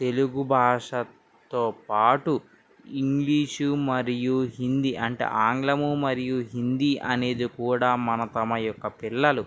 తెలుగు భాషతో పాటు ఇంగ్లీష్ మరియు హిందీ అంటే ఆంగ్లము మరియు హిందీ అనేది కూడా మన తమ యొక్క పిల్లలు